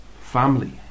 family